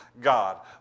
God